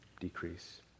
Decrease